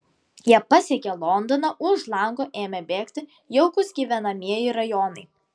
jie pasiekė londoną už lango ėmė bėgti jaukūs gyvenamieji rajonai